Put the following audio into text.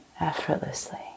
effortlessly